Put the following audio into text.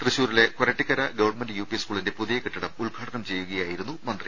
തൃശൂരിലെ കൊരട്ടിക്കര government U P സ്കൂളിന്റെ പുതിയ കെട്ടിടം ഉദ്ഘാടനം ചെയ്യുകയാ യിരുന്നു മന്ത്രി